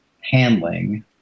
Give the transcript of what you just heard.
handling